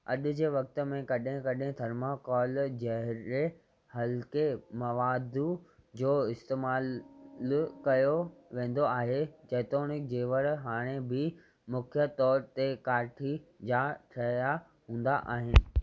अजु॒ जे वक़्तु में कड॒हिं कड॒हिं थर्मोकोल जहिड़े हल्के मवादु जो इस्तेमालु कयो वेंदो आहे जेतोणीक ज़ेवर हाणे बि मुख्य तौरु ते काठी जा ठहिया हूंदा आहिनि